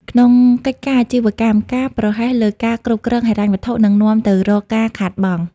ក្នុងកិច្ចការអាជីវកម្ម ការប្រហែសលើការគ្រប់គ្រងហិរញ្ញវត្ថុនឹងនាំទៅរកការខាតបង់។